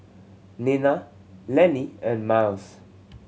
Nena Lanny and Myles